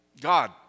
God